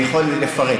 יכול לפרט.